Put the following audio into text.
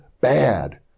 bad